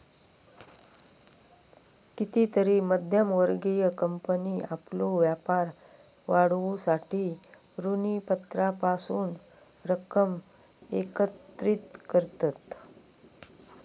कितीतरी मध्यम वर्गीय कंपनी आपलो व्यापार वाढवूसाठी ऋणपत्रांपासून रक्कम एकत्रित करतत